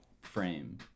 frame